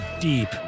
deep